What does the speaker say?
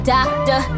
Doctor